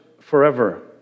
forever